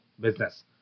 business